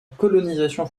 colonisation